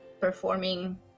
performing